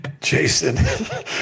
Jason